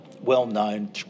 well-known